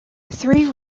three